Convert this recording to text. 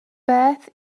beth